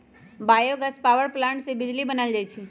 bio gas power plant से बिजली बनाएल जाइ छइ